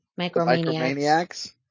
Micromaniacs